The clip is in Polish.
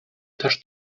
też